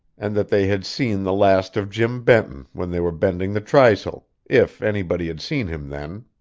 and that they had seen the last of jim benton when they were bending the trysail if anybody had seen him then.